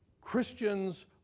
Christians